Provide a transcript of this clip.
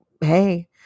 Hey